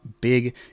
big